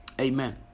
Amen